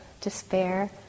despair